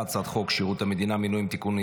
הצעת חוק שירות המדינה (מינויים) (תיקון,